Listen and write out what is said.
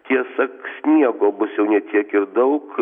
tiesa sniego bus jau ne tiek ir daug